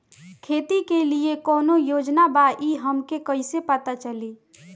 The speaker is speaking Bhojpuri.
खेती के लिए कौने योजना बा ई हमके कईसे पता चली?